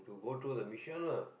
to go through the mission lah